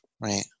Right